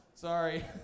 Sorry